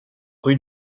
rue